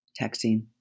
Texting